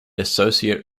associates